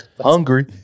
Hungry